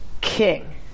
king